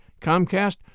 Comcast